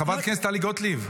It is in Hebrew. חברת הכנסת טלי גוטליב.